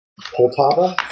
Poltava